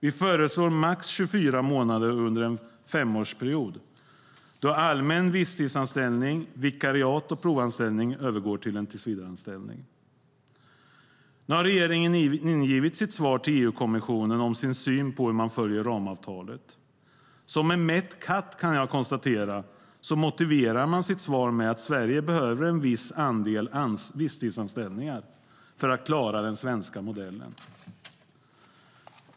Vi föreslår max 24 månader under en femårsperiod, då allmän visstidsanställning, vikariat och provanställning övergår till en tillsvidareanställning. Nu har regeringen ingivit sitt svar till EU-kommissionen om sin syn på hur man följer ramavtalet. Som en mätt katt, kan jag konstatera, motiverar man sitt svar med att Sverige behöver en viss andel visstidsanställningar för att klara den svenska modellen.